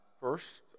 first